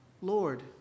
Lord